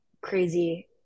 crazy